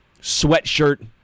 sweatshirt